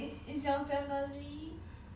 ah